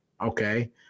Okay